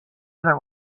other